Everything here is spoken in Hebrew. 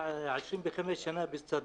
במשך 25 שנים שירתי בצד"ל.